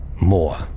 more